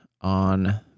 on